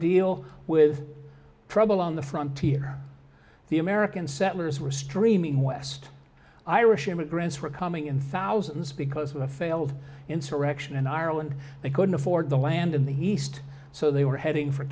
deal with trouble on the front teeth the american settlers were streaming west irish immigrants were coming in thousands because of a failed insurrection in ireland they couldn't afford the land in the east so they were heading for